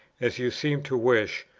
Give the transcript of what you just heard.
as you seem to wish,